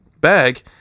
bag